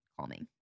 calming